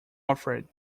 alfred